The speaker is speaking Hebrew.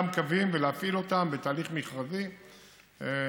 את אותם קווים בתהליך מכרזי כמקובל.